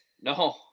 No